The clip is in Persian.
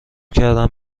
کردم